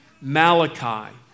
Malachi